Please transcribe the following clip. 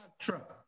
truck